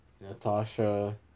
Natasha